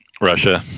Russia